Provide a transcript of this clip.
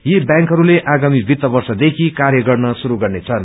यी व्यांकहरूले आगामी वित्त वर्षदेखि कार्य गर्न शुरू गर्नेछन्